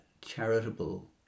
charitable